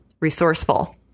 resourceful